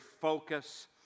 focus